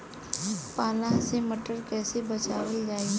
पाला से मटर कईसे बचावल जाई?